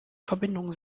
verbindung